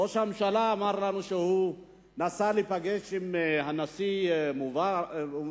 ראש הממשלה אמר לנו שהוא נסע להיפגש עם הנשיא אובמה